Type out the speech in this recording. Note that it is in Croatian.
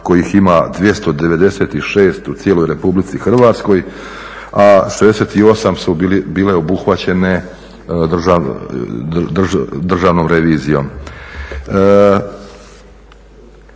kojih ima 296 u cijeloj RH, a 68 su bile obuhvaćene Državnom revizijom.